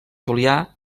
julià